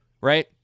right